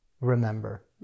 remember